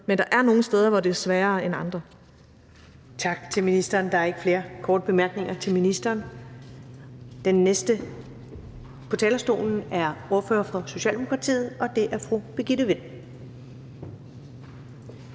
men der er nogle steder, hvor det er sværere end andre.